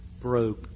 broke